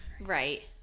Right